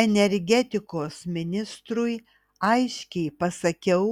energetikos ministrui aiškiai pasakiau